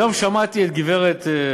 היום שמעתי את גברת שקד